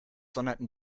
donnerten